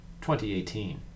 2018